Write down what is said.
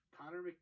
Connor